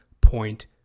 point